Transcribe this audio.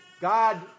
God